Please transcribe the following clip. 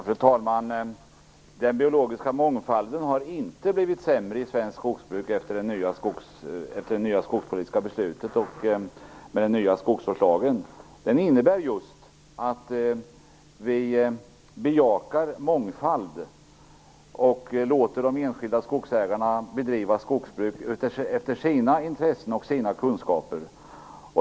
Fru talman! Den biologiska mångfalden har inte blivit sämre i svenskt skogsbruk efter det att vi fattade det senaste skogspolitiska beslutet och införde den nya skogsvårdslagen. Den nya skogsvårdslagen innebär just att vi bejakar mångfald och låter de enskilda skogsägarna bedriva skogsbruk utifrån sina intressen och sina kunskaper.